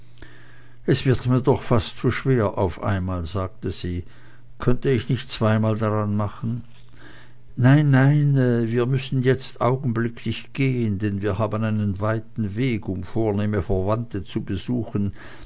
es wird mir doch fast zu schwer auf einmal sagte sie könnte ich nicht zweimal dran machen nein nein wir müssen jetzt augenblicklich gehen denn wir haben einen weiten weg um vornehme verwandte zu besuchen